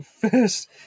first